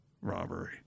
robbery